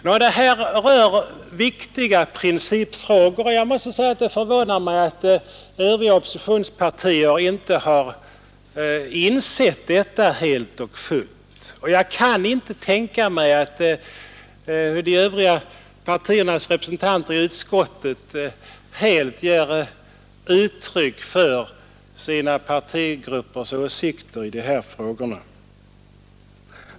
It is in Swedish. Nå, det här rör viktiga principfrågor, och jag måste säga att det förvånar mig att övriga oppositionspartier inte har insett det helt och fullt. Jag kan inte tänka mig att de övriga partiernas representanter i utskottet helt ger uttryck för sina partigruppers åsikter i dessa frågor.